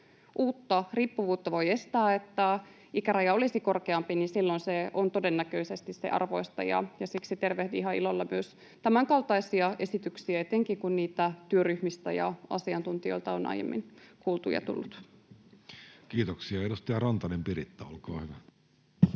uutta riippuvuutta voi estää sillä, että ikäraja olisi korkeampi, niin silloin se on todennäköisesti sen arvoista. Siksi tervehdin ilolla myös tämänkaltaisia esityksiä, etenkin kun niitä työryhmistä ja asiantuntijoilta on aiemmin kuultu ja tullut. [Speech 109] Speaker: Jussi Halla-aho